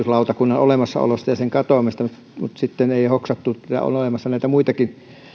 tielautakunnan olemassaolosta ja sen katoamisesta mutta sitten ei hoksattu että on olemassa näitä muitakin